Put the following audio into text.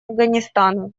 афганистана